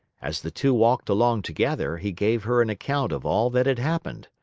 as the two walked along together, he gave her an account of all that had happened.